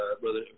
brother